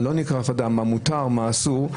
מה מותר ומה אסור,